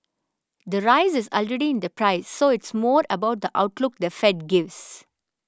the rise is already in the price so it's more about the outlook the Fed gives